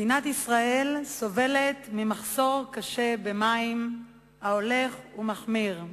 מדינת ישראל סובלת ממחסור קשה במים, ההולך ומחמיר.